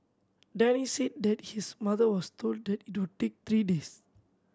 Denny said that his mother was told that it would take three days